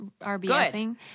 rbfing